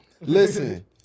Listen